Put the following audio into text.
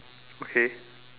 okay